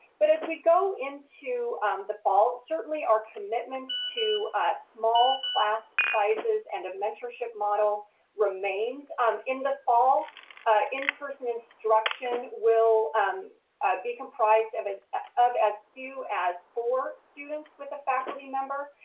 but as we go into the fall certainly our commitment to ah small class sizes and a mentorship model remains. in the fall in person instruction will um be comprised of as of as few as four students with a faculty member,